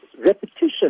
repetition